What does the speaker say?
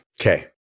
Okay